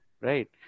right